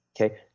okay